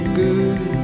good